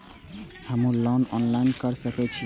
हमू loan online के सके छीये की?